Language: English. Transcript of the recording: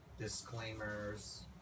disclaimers